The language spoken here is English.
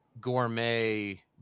gourmet